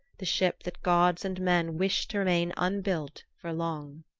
the ship that gods and men wished to remain unbuilt for long.